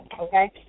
okay